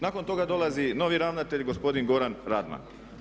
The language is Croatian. Nakon toga dolazi novi ravnatelj, gospodin Goran Radman.